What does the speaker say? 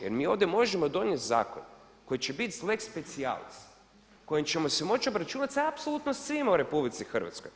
Jer mi ovdje možemo donijeti zakon koji će biti lex specialis, kojim ćemo se moći obračunati sa apsolutno svima u RH.